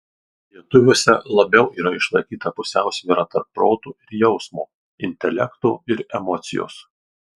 lietuviuose labiau yra išlaikyta pusiausvyra tarp proto ir jausmo intelekto ir emocijos